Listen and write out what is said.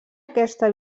aquesta